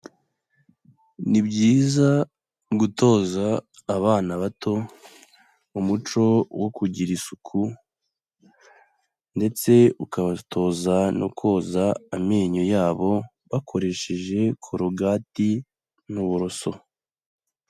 Ni byizayiza gutoza abana bato umuco wo kugira isuku ndetse ukabatoza no koza amenyo yabo bakoresheje corogati n'uburoso.